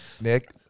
Nick